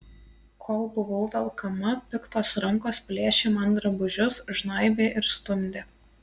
kol buvau velkama piktos rankos plėšė man drabužius žnaibė ir stumdė